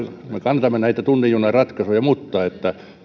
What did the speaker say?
me kannatamme näitä tunnin juna ratkaisuja mutta